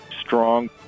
strong